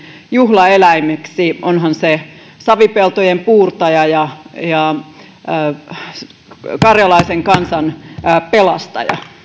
juhlaeläimeksi onhan se savipeltojen puurtaja ja ja karjalaisen kansan pelastaja